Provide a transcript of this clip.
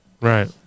right